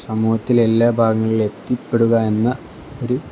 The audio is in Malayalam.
സമൂഹത്തില എല്ലാ ഭാഗങ്ങളിലും എത്തിപ്പെടുക എന്ന ഒരു